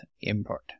import